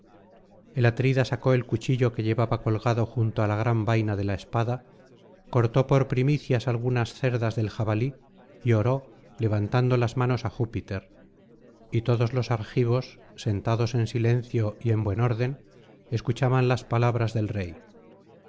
el atrida sacó el cuchillo que llevaba colgado junto á la gran vaina de la espada cortó por primicias algunas cerdas del jabalí y oró levantando las manos á júpiter y todos los argivos sentados en silencio y en buen orden escuchaban las palabras del rey